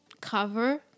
cover